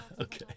Okay